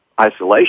isolation